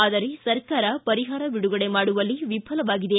ಆದರೆ ಸರ್ಕಾರ ಪರಿಹಾರ ಬಿಡುಗಡೆ ಮಾಡುವಲ್ಲಿ ವಿಫಲವಾಗಿದೆ